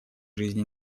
жизни